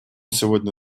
сегодня